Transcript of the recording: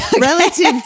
Relative